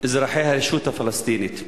אזרחי הרשות הפלסטינית.